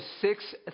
six